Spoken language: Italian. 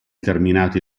terminato